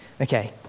Okay